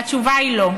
התשובה היא: לא.